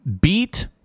beat